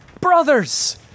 brothers